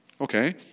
Okay